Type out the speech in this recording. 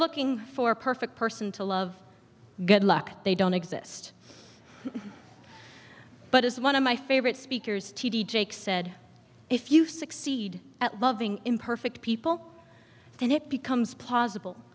looking for a perfect person to love good luck they don't exist but as one of my favorite speakers t d jakes said if you succeed at loving imperfect people then it becomes possible